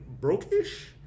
broke-ish